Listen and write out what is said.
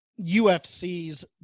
UFC's